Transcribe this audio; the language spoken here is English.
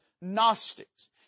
Gnostics